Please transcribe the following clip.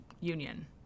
union